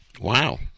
Wow